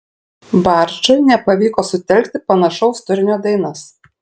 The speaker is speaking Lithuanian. barčui nepavyko sutelkti panašaus turinio dainas